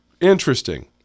interesting